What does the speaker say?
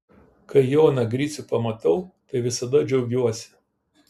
kai joną gricių pamatau tai visada džiaugiuosi